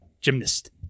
Gymnast